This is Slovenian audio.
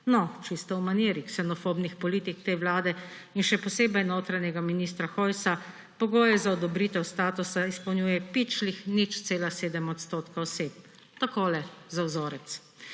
No, čisto v maniri ksenofobnih politik te vlade in še posebej notranjega ministra Hojsa pogoje za odobritev statusa izpolnjuje pičlih 0,7 % oseb. Takole, za vzorec.